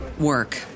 work